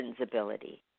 ability